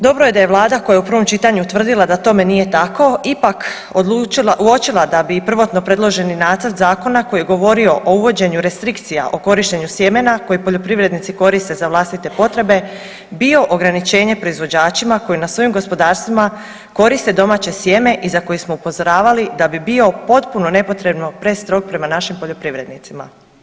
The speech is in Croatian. Dobro je da je Vlada koja je u prvom čitanju utvrdila da tome nije tako ipak uočila da bi prvotno predloženi nacrt zakona koji je govorio o uvođenju restrikcija o korištenju sjemena koji poljoprivrednici koriste za vlastite potrebe, bio ograničenje proizvođačima koji na svojim gospodarstvima koriste domaće sjeme i za koje smo upozoravali da bi bio potpuno nepotrebno prestrog prema našim poljoprivrednicima.